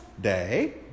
day